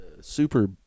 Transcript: Super